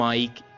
Mike